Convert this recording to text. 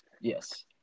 Yes